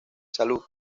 salud